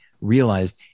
realized